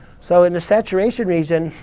so in the saturation region,